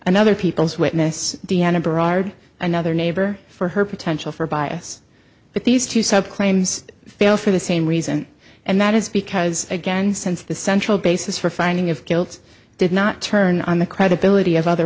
another people's witness deanna berard another neighbor for her potential for bias but these two sub claims fail for the same reason and that is because again since the central basis for finding of guilt did not turn on the credibility of other